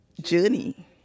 journey